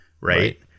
right